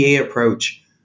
approach